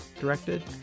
directed